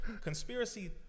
Conspiracy